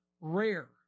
rare